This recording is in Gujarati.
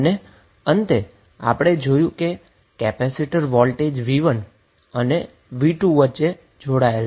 અને અંતે આપણને કેપેસિટર મળ્યો જે વોલ્ટેજ v1 અને v2 વચ્ચે જોડાયેલ છે